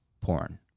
porn